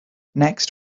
next